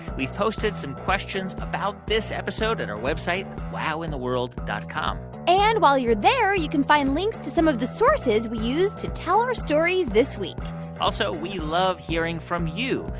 we've posted some questions about this episode at our website, wowintheworld dot com and while you're there, you can find links to some of the sources we used to tell our stories this week also, we love hearing from you.